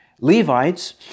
Levites